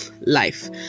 life